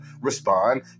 respond